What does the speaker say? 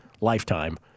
lifetime